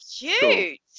Cute